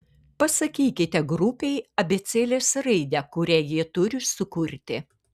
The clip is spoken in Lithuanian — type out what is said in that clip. pasakykite grupei abėcėlės raidę kurią jie turi sukurti